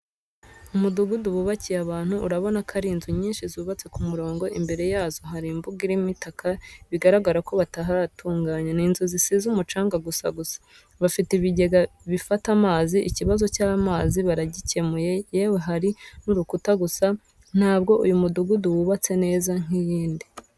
Umudugudu bubakiye abantu, urabona ko ari nzu nyinshi zubatse ku murongo, imbere yazo hari mbuga irimo itaka bigaragare ko batarahatunganya. Ni nzu zisize umucanga gusa gusa, bafite ibigega bifata amazi, ikibazo icy'amazi baragicyemuye yewe hari n'urukuta gusa ntabwo uyu mudugudu wubatse neza nk'iyindi.